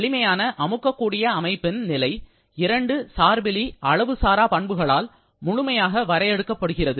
எளிமையான அமுக்கக்கூடிய அமைப்பின் நிலை இரண்டு சார்பிலி அளவு சாரா பண்புகளால் முழுமையாக வரையறுக்கப்படுகிறது